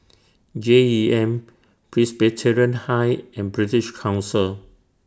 J E M Presbyterian High and British Council